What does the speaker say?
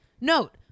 note